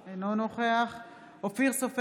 אינו נוכח יבגני סובה, אינו נוכח אופיר סופר,